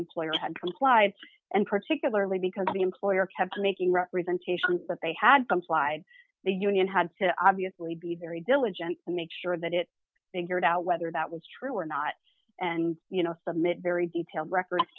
employer had complied and particularly because the employer kept making representations but they had complied the union had to obviously be very diligent to make sure that it figured out whether that was true or not and you know submit very detailed re